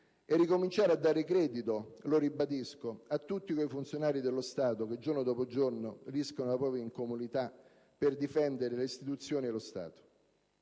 e ricominciare a dare credito, lo ribadisco, a tutti quei funzionari dello Stato che, giorno dopo giorno, rischiano la propria incolumità per difendere le istituzioni e lo Stato.